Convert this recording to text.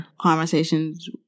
conversations